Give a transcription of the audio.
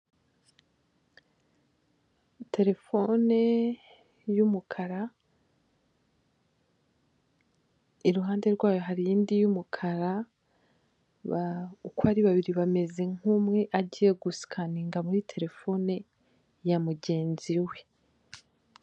Terefone y'umukara iruhande rwayo hari indi y'umukara, uko ari babiri bameze nk'umwe agiye gusikaninga muri telefone ya mugenzi we.